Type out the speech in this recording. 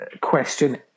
question